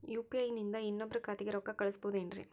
UPI ನಿಂದ ಇನ್ನೊಬ್ರ ಖಾತೆಗೆ ರೊಕ್ಕ ಕಳ್ಸಬಹುದೇನ್ರಿ?